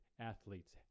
athletes